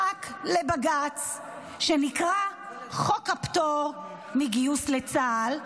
משחק לבג"ץ שנקרא חוק הפטור מגיוס לצה"ל,